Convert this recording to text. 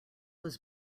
was